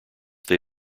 they